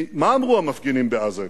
כי מה אמרו המפגינים בעזה אתמול?